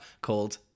called